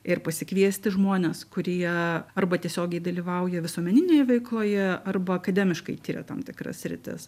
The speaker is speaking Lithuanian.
ir pasikviesti žmones kurie arba tiesiogiai dalyvauja visuomeninėje veikloje arba akademiškai tiria tam tikras sritis